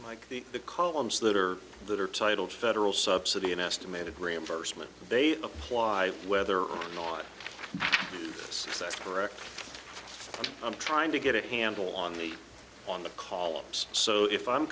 like the columns that are that are titled federal subsidy an estimated reimbursement they apply whether or not success i'm trying to get a handle on the on the columns so if i'm